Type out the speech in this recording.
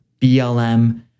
BLM